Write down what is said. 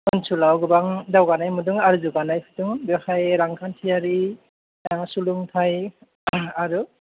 आनसोलाव गोबां दावगानाय मोनदों आर जौगानाय बेखाय रांखान्थिआरि सोलोंथाय आरो